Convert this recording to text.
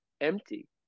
empty